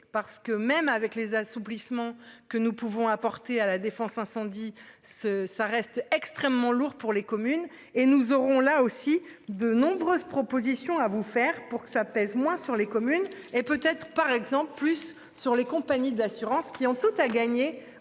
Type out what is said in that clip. parce que même avec les assouplissements que nous pouvons apporter à la défense incendie ce ça reste extrêmement lourd pour les communes et nous aurons là aussi de nombreuses propositions à vous faire pour que ça pèse moins sur les communes et peut être par exemple plus sur les compagnies d'assurances qui ont tout à gagner